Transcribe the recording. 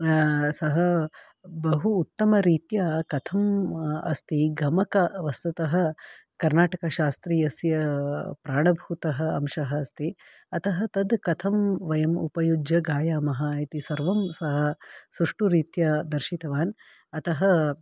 सः बहु उत्तमरीत्या कथम् अस्ति गमकं वस्तुतः कर्णाटकशास्त्रीयस्य प्राणभूतः अंशः अस्ति अतः तत् कथम् वयं उपयुज्य गायामः इति सर्वं सः सुष्ठु रीत्या दर्शितवान् अतः